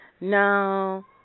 no